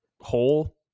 hole